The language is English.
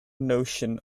notion